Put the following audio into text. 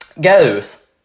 goes